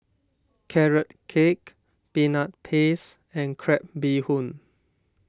Carrot Cake Peanut Paste and Crab Bee Hoon